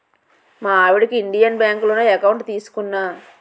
మా ఆవిడకి ఇండియన్ బాంకులోనే ఎకౌంట్ తీసుకున్నా